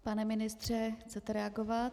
Pane ministře, chcete reagovat?